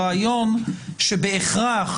הרעיון שבהכרח,